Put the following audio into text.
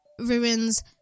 ruins